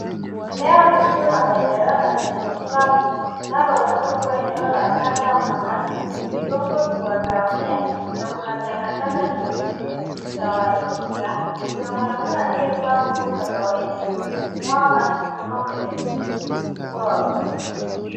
Eneo lisilo na maendeleo na lenye uchafu unaloweza kuwa eneo la taka au makaazi duni. Udongo ni kahawia na kuna takataka nyingi zimetawanyika. Kuna mwanaume aliyevaa nguo za kawaida akimwaga maji kutoka kwenye mtungi mkubwa wa plastiki.